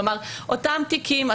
כלומר אותם תיקים,